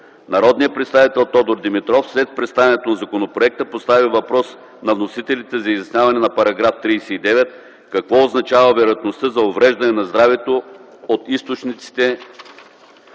Народният представител Тодор Димитров след представянето на законопроекта постави въпрос на вносителите за изясняване на § 39 – какво означава вероятността за увреждане на здравето от източниците